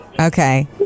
Okay